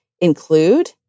include